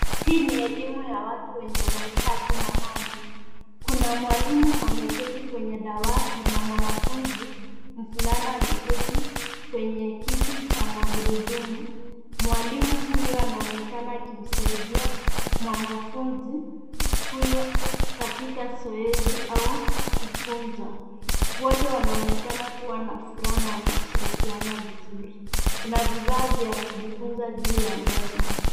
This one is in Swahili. Hii ni elimu ya watu wenye maitaji maalum. Kuna mwalimu ameketi kwenye dawati na mwanafunzi mvulana ameketi kwenye kiti cha magurudumu. Mwalimu huyu anaonekana akimsaidia mwanafunzi huyu katika zoezi au kumfunza. Wote wanaonekana kuwa na furaha na wanashirikiana vizuri. Kuna vifaa vya kujifunza juu ya meza.